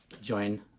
join